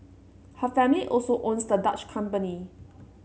her family also owns the Dutch company